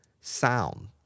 sound